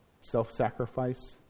Self-sacrifice